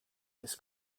this